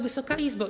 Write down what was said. Wysoka Izbo!